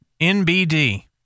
NBD